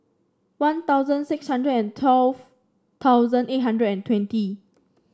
One Thousand six hundred and twelve thousand eight hundred and twenty